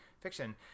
fiction